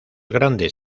grandes